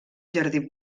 jardí